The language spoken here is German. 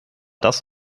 das